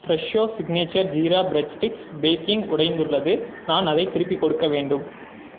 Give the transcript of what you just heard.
Fresho signature jeera bread sticks packing உடைந்துள்ளது நான் அதைத் திருப்பிக் கொடுக்க வேண்டும்